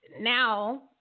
now